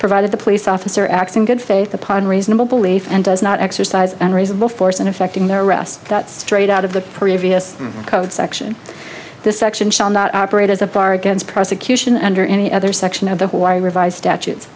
provided the police officer acts in good faith upon reasonable belief and does not exercise unreasonable force in affecting their arrest that straight out of the previous code section this section shall not operate as a bar against prosecution under any other section of the hawaii revised statutes